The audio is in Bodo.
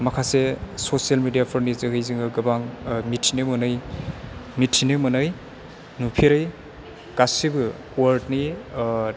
माखासे ससियेल मेडियाफोरनि जोहै जोङो गोबां मिथिनो मोनै नुफेरै गासिबो वाल्डनि